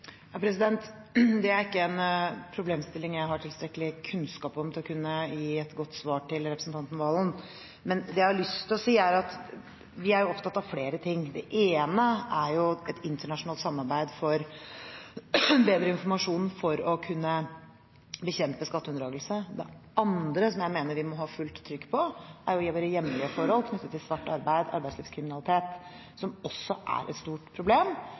Det er ikke en problemstilling jeg har tilstrekkelig kunnskap om til å kunne gi et godt svar til representanten Serigstad Valen. Men det jeg har lyst til å si, er at vi er opptatt av flere ting. Det ene er et internasjonalt samarbeid for å bedre informasjonen for å kunne bekjempe skatteunndragelse. Det andre, som jeg mener vi må ha fullt trykk på, er våre hjemlige forhold knyttet til svart arbeid, arbeidslivskriminalitet, som også er et stort problem,